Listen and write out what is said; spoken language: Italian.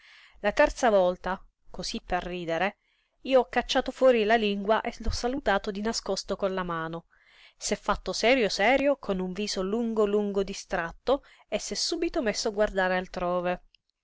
la terza volta cosí per ridere io ho cacciato fuori la lingua e l'ho salutato di nascosto con la mano s'è fatto serio serio con un viso lungo lungo distratto e s'è subito messo a guardare altrove